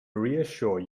reassure